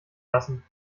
lassen